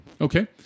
Okay